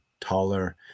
taller